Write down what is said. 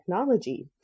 technology